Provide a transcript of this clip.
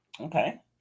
okay